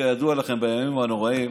כידוע לכם, בימים הנוראים